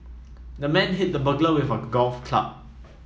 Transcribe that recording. the man hit the burglar with a golf club